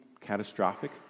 catastrophic